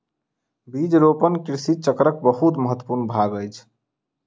बीज रोपण कृषि चक्रक बहुत महत्वपूर्ण भाग अछि